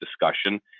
discussion